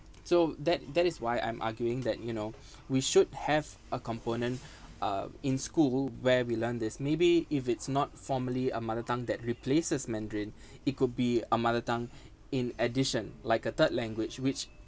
so that that is why I'm arguing that you know we should have a component uh in school where we learn this maybe if it's not formally a mother tongue that replaces mandarin it could be a mother tongue in addition like a third language which